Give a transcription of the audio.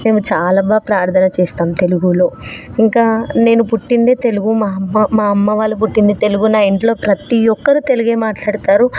మేము చాలా బాగా ప్రధాన చేస్తాము తెలుగులో ఇంకా నేను పుట్టింది తెలుగు మా అమ్మ మా అమ్మ వాళ్ళు పుట్టింది తెలుగు నా ఇంట్లో ప్రతి ఒక్కరు తెలుగే మాట్లాడతారు